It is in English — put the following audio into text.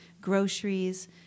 groceries